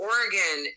Oregon